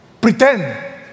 Pretend